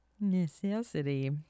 necessity